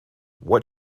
what